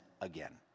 again